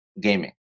gaming